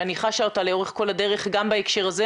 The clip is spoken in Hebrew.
שאני חשה לאורך כל הדרך גם בהקשר הזה.